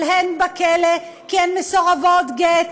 אבל הן בכלא כי הן מסורבות גט,